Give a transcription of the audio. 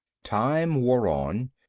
time wore on.